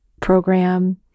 program